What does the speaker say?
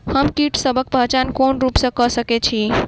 हम कीटसबक पहचान कोन रूप सँ क सके छी?